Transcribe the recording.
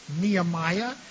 Nehemiah